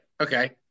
Okay